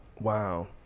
Wow